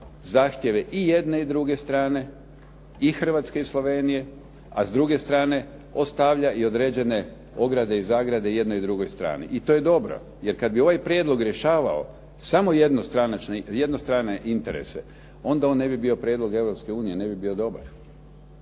zahtjeve i jedne i druge strane, i Hrvatske i Slovenije, a s druge strane ostavlja i određene ograde i zagrade i jednoj i drugoj strani. I to je dobro, jer kad bi ovaj prijedlog rješavao samo jednostrane interese, onda on ne bi bio prijedlog Europske unije, ne bi bio dobar.